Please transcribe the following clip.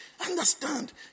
understand